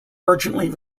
urgently